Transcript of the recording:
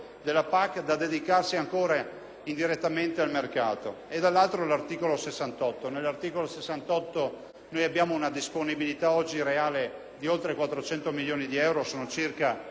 indirettamente al mercato.